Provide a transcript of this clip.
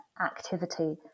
activity